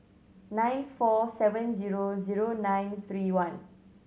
nine four seven zero zero nine three one